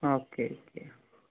okay okay